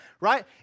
right